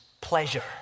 pleasure